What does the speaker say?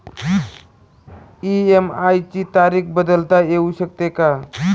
EMI ची तारीख बदलता येऊ शकते का?